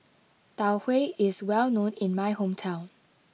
Tau Huay is well known in my hometown